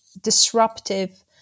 disruptive